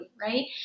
right